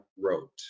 wrote